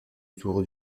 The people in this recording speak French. autour